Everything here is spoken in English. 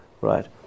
right